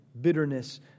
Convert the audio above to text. bitterness